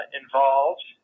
involved